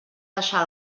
deixar